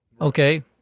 okay